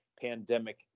pandemic